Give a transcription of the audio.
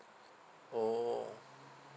orh